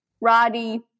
Roddy